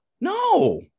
No